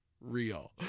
real